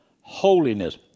holiness